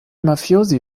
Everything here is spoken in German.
mafiosi